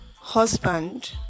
husband